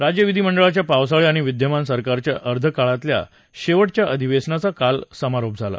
राज्य विधिमंडळाच्या पावसाळी आणि विद्यमान सरकारच्या कार्यकाळातल्या शेवटच्या अधिवेशनाचा काल समारोप झाला